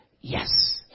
yes